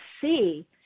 see